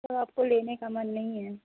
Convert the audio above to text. تو آپ کو لینے کا من نہیں ہے